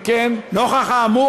אם כן --- נוכח האמור,